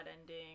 ending